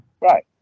right